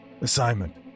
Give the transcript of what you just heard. Assignment